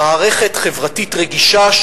מערכת חברתית רגישה,